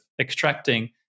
extracting